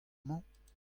mañ